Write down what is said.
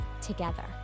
together